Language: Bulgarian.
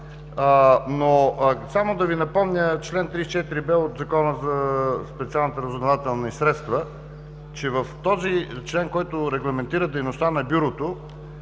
Само да Ви припомня чл. 34б от Закона за специалните разузнавателни средства. В този член, който регламентира дейността на Бюрото,